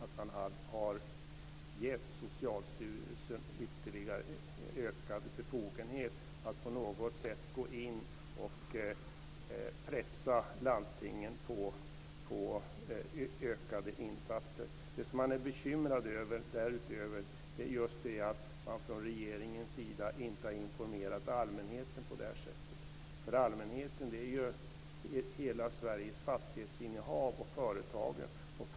Man har givit Socialstyrelsen ytterligare befogenheter att på något sätt gå in och pressa landstingen på ökade insatser. Det man är bekymrad för därutöver är just detta att man från regeringens sida inte har informerat allmänheten på det här sättet. Allmänheten innebär ju hela Sveriges fastighetsinnehav och alla företag.